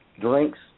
drinks